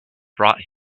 brought